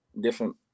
different